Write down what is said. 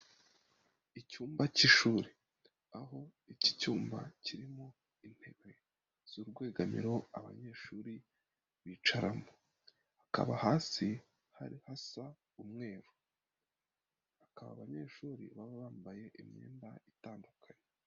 Icyumba cy'ishuri aho iki cyumba kirimo intebe z'urwegamiro abanyeshuri bicaramo. Hakaba hasi hari hasa umweru. Bakaba abanyeshuri baba bambaye imyenda itandukanye.